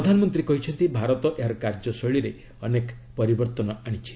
ପ୍ରଧାନମନ୍ତ୍ରୀ କହିଛନ୍ତି ଭାରତ ଏହାର କାର୍ଯ୍ୟ ଶୈଳୀରେ ଅନେକ ପରିବର୍ତ୍ତନ ଆଣିଛି